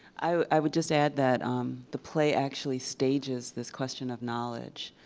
i would just add that the play actually stages this question of knowledge.